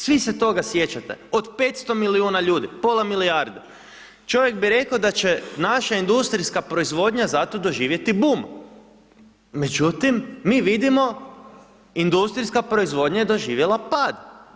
Svi se toga sjećate od 500 milijuna ljudi, pola milijarde, čovjek bi reko da će naša industrijska proizvodnja zato doživjeti bum, međutim mi vidimo industrijska proizvodnja je doživjela pad.